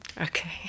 Okay